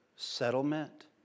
Settlement